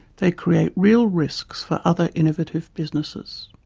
they create real risks for other innovative businesses.